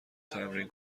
تمرین